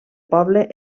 poble